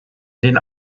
den